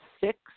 six